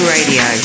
Radio